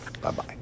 Bye-bye